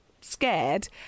scared